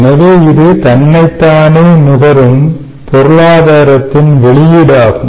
எனவே இது தன்னைத்தானே நுகரும் பொருளாதாரத்தின் வெளியீடு ஆகும்